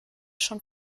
schon